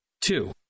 Two